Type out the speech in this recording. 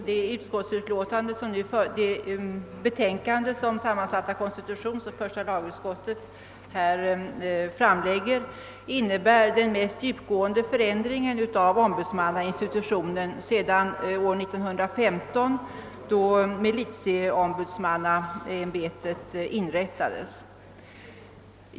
Herr talman! Det betänkande som sammansatta konstitutionsoch första lagutskottet här framlägger innebär den mest djupgående förändringen av ombudsmannainstitutionen sedan år 1915, då militieombudsmannaämbetet inrättades.